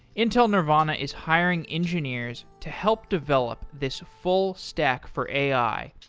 intel nervana is hiring engineers to help develop this full stack for ai,